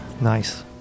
Nice